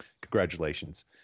Congratulations